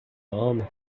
عامه